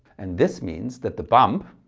and this means that the bump